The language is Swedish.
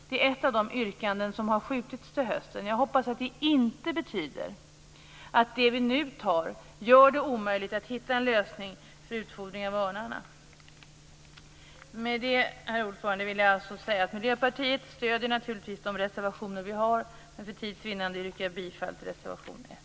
Det är ett av de yrkanden som har skjutits fram till hösten. Jag hoppas att det inte betyder att det beslut som vi nu fattar gör det omöjligt att hitta en lösning för utfodring av örnarna. Miljöpartiet stöder naturligtvis de reservationer som vi har avgett. Men för tids vinnande yrkar jag bifall till reservation 1.